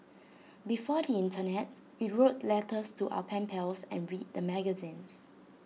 before the Internet we wrote letters to our pen pals and read the magazines